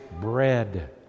bread